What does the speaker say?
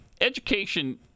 education